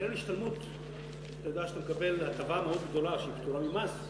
בקרן השתלמות אתה מקבל הטבה שהיא פטורה ממס,